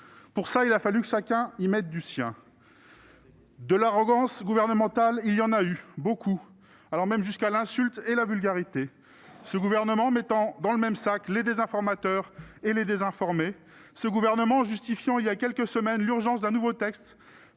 Pour cela, il a fallu que chacun y mette du sien ! De l'arrogance gouvernementale, il y en a eu, beaucoup, allant même jusqu'à l'insulte et la vulgarité, ce gouvernement mettant dans le même sac les désinformateurs et les désinformés. Le même gouvernement qui justifiait, il y a quelques semaines, l'urgence d'un nouveau texte